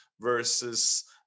versus